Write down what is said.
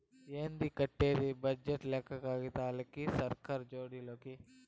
ఏంది కట్టేది బడ్జెట్ లెక్కలు కాగితాలకి, సర్కార్ జోడి లోకి